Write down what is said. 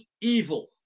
evil